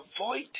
avoid